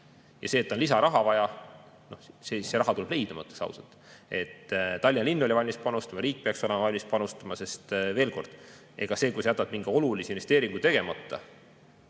Ja see, et on lisaraha vaja – no siis see raha tuleb leida, ma ütlen ausalt. Tallinna linn oli valmis panustama, riik peaks olema valmis panustama. Veel kord: sellega, kui sa jätad mingi olulise investeeringu tegemata,